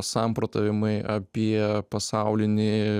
samprotavimai apie pasaulinį